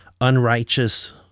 unrighteous